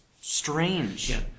strange